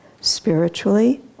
spiritually